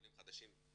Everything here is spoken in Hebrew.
עולים חדשים,